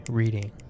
reading